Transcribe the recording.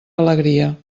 alegria